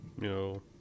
No